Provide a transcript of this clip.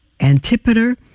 Antipater